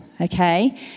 okay